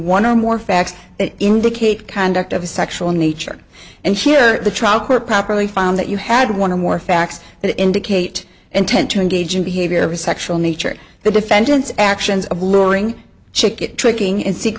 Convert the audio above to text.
one or more facts that indicate conduct of a sexual nature and here the trial court properly found that you had one of more facts that indicate intent to engage in behavior of a sexual nature the defendant's actions of luring chicot tricking in se